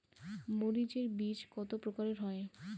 মরিচ এর বীজ কতো প্রকারের হয়?